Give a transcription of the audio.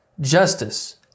justice